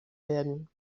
werden